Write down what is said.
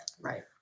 Right